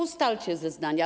Ustalcie zeznania.